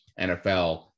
NFL